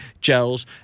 gels